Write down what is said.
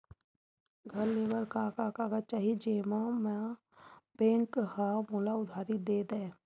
घर ले बर का का कागज चाही जेम मा बैंक हा मोला उधारी दे दय?